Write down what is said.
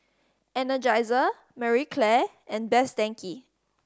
Energizer Marie Claire and Best Denki